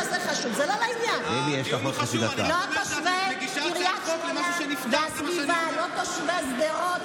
אחרת אין לי הסבר למה אנחנו צריכים להילחם על שירות כזה.